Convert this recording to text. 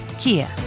Kia